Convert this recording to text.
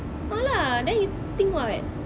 ah lah then you think what